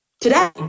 today